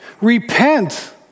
Repent